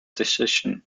decision